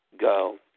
go